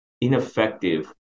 ineffective